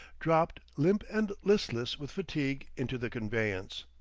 dropped, limp and listless with fatigue, into the conveyance.